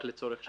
רק לצורך שבת?